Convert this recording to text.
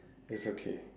it's okay